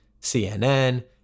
CNN